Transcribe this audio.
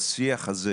השיח הזה